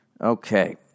Okay